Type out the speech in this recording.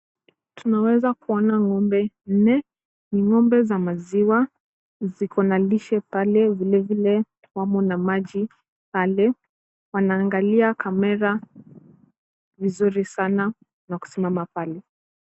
Tunaweza kuona ng'ombe nne. Ng'ombe wa maziwa wako na lishe pale vilevile wamo na maji pale. Wanaangalia kamera vizuri sana na kusimama pale.